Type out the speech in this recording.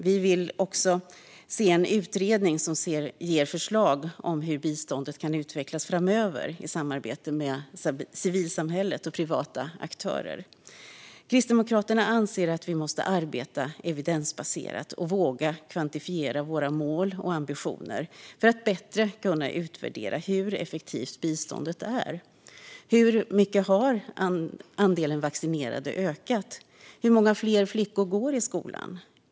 Vi vill också se en utredning som ger förslag om hur biståndet kan utvecklas framöver, i samarbete med civilsamhället och privata aktörer. Kristdemokraterna anser att vi måste arbeta evidensbaserat och våga kvantifiera våra mål och ambitioner för att bättre kunna utvärdera hur effektivt biståndet är. Hur mycket har andelen vaccinerade ökat? Hur många fler flickor går i skolan?